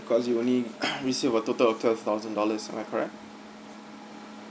because you only receive a total of twelve thousand dollars am I correct